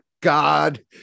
God